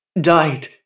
died